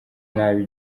nabi